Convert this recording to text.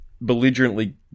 belligerently